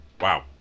Wow